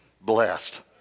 blessed